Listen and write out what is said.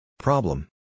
Problem